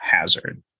hazard